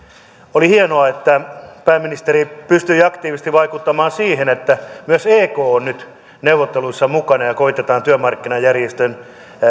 oli hienoa että pääministeri pystyi aktiivisesti vaikuttamaan siihen että myös ek on nyt neuvotteluissa mukana ja koetetaan työmarkkinajärjestön